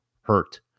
hurt